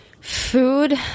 Food